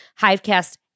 Hivecast